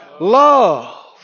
Love